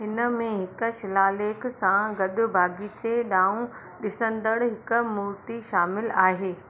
हिन में हिकु शिलालेख सां गॾु बागीचे ॾांहुं ॾिसंदड़ हिकु मूर्ति शामिलु आहे